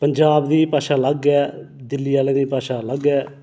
पंजाब दी भाशा लग्ग ऐ दिल्ली आह्लें दी भाशा लग्ग ऐ